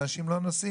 אבל אנשים לא נוסעים".